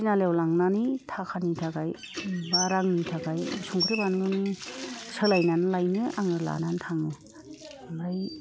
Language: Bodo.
थिनालियाव लांनानै थाखानि थाखाय बा रांनि थाखाय संख्रि बानलुनि सोलायनानै लायनो आङो लानानै थाङो ओमफ्राय